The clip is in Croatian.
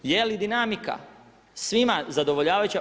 Je li dinamika svima zadovoljavajuća?